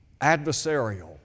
adversarial